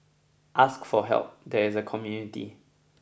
ask for help there is a community